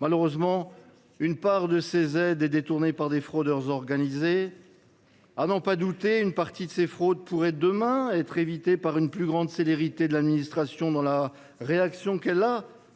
Malheureusement, une part de ces aides est détournée par des fraudeurs organisés. À n’en pas douter, certaines de ces fraudes pourraient, demain, être prévenues par une plus grande célérité de l’administration dans sa réaction